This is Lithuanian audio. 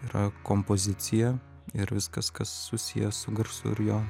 yra kompozicija ir viskas kas susiję su garsu ir jo